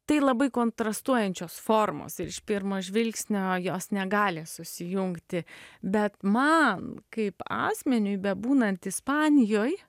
tai labai kontrastuojančios formos ir iš pirmo žvilgsnio jos negali susijungti bet man kaip asmeniui bebūnant ispanijoj